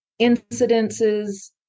incidences